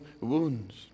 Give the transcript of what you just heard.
wounds